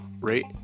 rate